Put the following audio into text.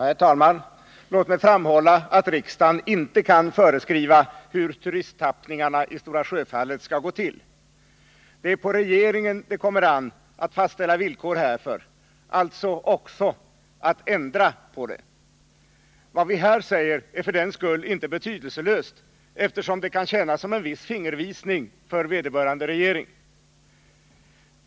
Herr talman! Låt mig framhålla att riksdagen inte kan föreskriva hur turisttappningarna i Stora Sjöfallet skall gå till. Det är på regeringen det kommer an att fastställa villkor härför och alltså även att ändra dem. Vad vi här säger är för den skull inte betydelselöst, eftersom det kan tjäna som en viss fingervisning för vederbörande regering.